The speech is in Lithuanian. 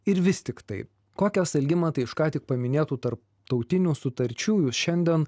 ir vis tiktai kokias algimantai iš ką tik paminėtų tarptautinių sutarčių jūs šiandien